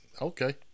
Okay